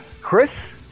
Chris